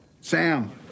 Sam